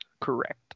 Correct